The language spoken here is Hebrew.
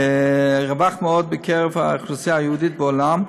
רווח מאוד בקרב האוכלוסייה היהודית בעולם.